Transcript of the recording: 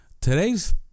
Today's